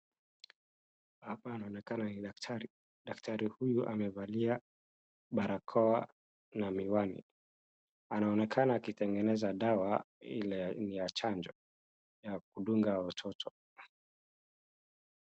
hapa inaonekana ni daktari, daktari huyu amevalia barakooa na miwani anaonekana akitengeneza dawa ile ya chanjo ya kudunga watoto